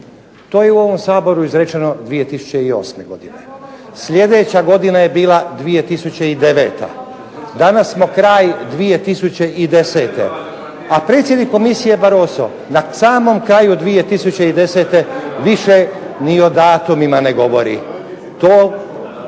To je u ovom Saboru izrečeno 2008. godine. Sljedeća godina je bila 2009. Danas smo kraj 2010., a predsjednik komisije Barroso na samom kraju 2010. više ni o datumima ne govori.